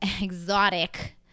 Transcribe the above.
Exotic